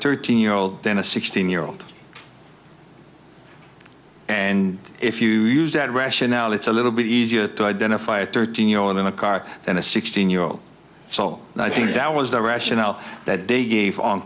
thirteen year old than a sixteen year old and if you use that rationale it's a little bit easier to identify a thirteen year old in a car than a sixteen year old soul and i think that was the rationale that they gave on